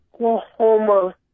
Oklahoma